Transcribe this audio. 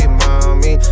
mommy